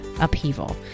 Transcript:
upheaval